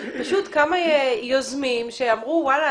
פשוט כמה יוזמים שאמרו: וואלה,